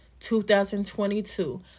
2022